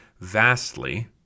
vastly